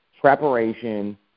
preparation